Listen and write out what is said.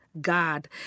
God